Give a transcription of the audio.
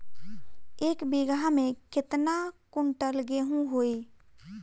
एक बीगहा में केतना कुंटल गेहूं होई?